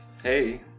Hey